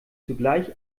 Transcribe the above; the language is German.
sogleich